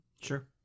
Sure